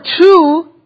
two